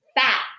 fat